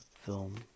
film